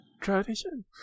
Tradition